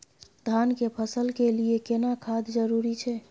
धान के फसल के लिये केना खाद जरूरी छै?